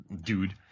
dude